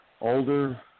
older